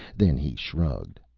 then he shrugged.